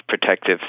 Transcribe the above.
protective